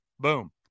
boom